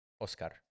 Oscar